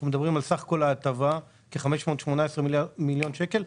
סך כל ההטבה כ-518 מיליון שקל,